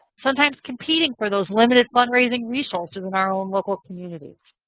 sometimes competing for those limited fundraising resources in our own local communities.